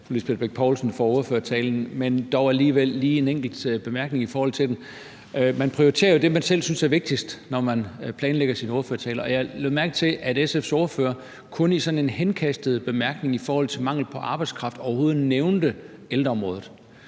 har dog alligevel lige en enkelt bemærkning i forhold til den. Man prioriterer det, man selv synes er vigtigst, når man planlægger sin ordførertale. Jeg lagde mærke til, at SF's ordfører kun i sådan en henkastet bemærkning om mangel på arbejdskraft overhovedet nævnte ældreområdet.